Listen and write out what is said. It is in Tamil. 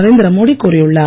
நரேந்திர மோடி கூறியுள்ளார்